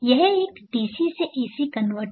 यह एक डीसी से एसी कनवर्टर है